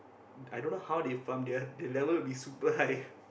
i don't know how they farm their their level be super high